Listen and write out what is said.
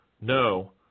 no